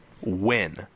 win